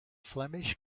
flemish